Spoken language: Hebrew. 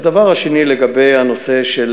הדבר השני, לגבי הנושא של